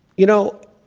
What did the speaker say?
you know,